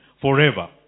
forever